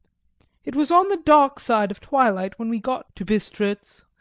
it was on the dark side of twilight when we got to bistritz,